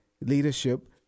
leadership